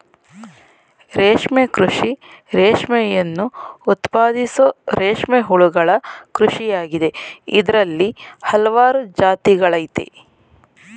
ರೇಷ್ಮೆ ಕೃಷಿ ರೇಷ್ಮೆಯನ್ನು ಉತ್ಪಾದಿಸೋ ರೇಷ್ಮೆ ಹುಳುಗಳ ಕೃಷಿಯಾಗಿದೆ ಇದ್ರಲ್ಲಿ ಹಲ್ವಾರು ಜಾತಿಗಳಯ್ತೆ